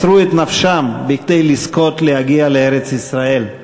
מסרו את נפשם כדי לזכות להגיע לארץ-ישראל.